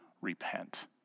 repent